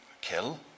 kill